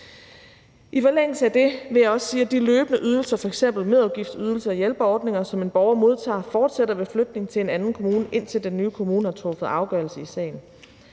I forlængelse af det vil jeg også sige, at de løbende ydelser, f.eks. merudgiftsydelse og hjælpeordninger, som en borger modtager, fortsætter ved flytning til en anden kommune, indtil den nye kommune har truffet afgørelse i sagen.